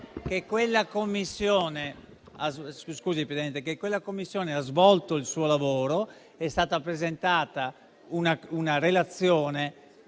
che quella commissione ha svolto il suo lavoro, è stata presentata una relazione